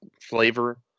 flavor